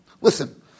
listen